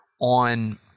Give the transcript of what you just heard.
on